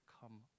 come